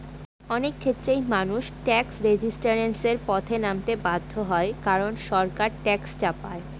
অনেক ক্ষেত্রেই মানুষ ট্যাক্স রেজিস্ট্যান্সের পথে নামতে বাধ্য হয় কারন সরকার ট্যাক্স চাপায়